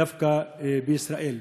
דווקא בישראל.